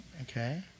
Okay